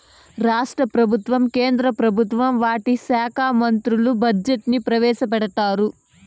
రాష్ట్ర ప్రభుత్వం కేంద్ర ప్రభుత్వం వాటి శాఖా మంత్రులు బడ్జెట్ ని ప్రవేశపెడతారు